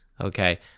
Okay